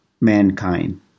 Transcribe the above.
mankind